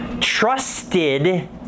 trusted